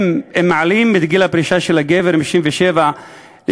אם מעלים את גיל הפרישה של הגבר מ-67 ל-68,